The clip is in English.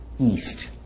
East